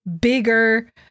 bigger